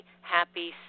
happy